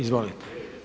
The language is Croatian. Izvolite.